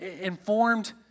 informed